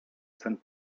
sen